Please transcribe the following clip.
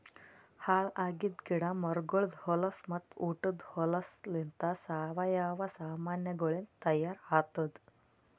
ಹಾಳ್ ಆಗಿದ್ ಗಿಡ ಮರಗೊಳ್ದು ಹೊಲಸು ಮತ್ತ ಉಟದ್ ಹೊಲಸುಲಿಂತ್ ಸಾವಯವ ಸಾಮಾನಗೊಳಿಂದ್ ತೈಯಾರ್ ಆತ್ತುದ್